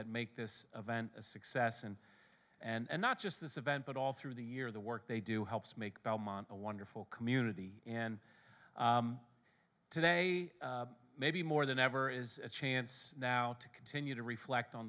that make this event a success and and not just this event but all through the year the work they do helps make belmont a wonderful community and today maybe more than ever is a chance now to continue to reflect on